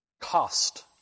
cost